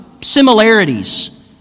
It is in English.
similarities